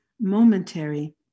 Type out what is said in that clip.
momentary